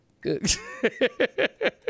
Good